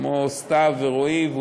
כמו סתיו ורועי,